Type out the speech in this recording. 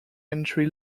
entry